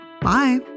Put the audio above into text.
Bye